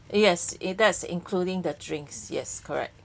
yes it does including their drinks yes correct